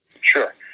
sure